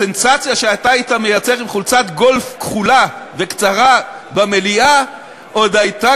הסנסציה שאתה היית מייצר עם חולצת גולף כחולה וקצרה במליאה עוד הייתה